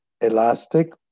elastic